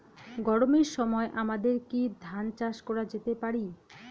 গরমের সময় আমাদের কি ধান চাষ করা যেতে পারি?